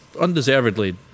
undeservedly